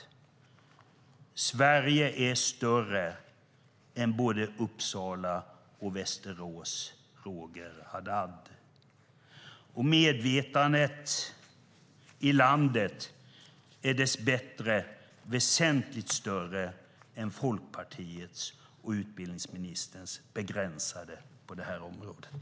Sverige är större än både Uppsala och Västerås, Roger Haddad! Och medvetandet i landet är dess bättre väsentligt större än Folkpartiets och utbildningsministerns begränsade på det här området.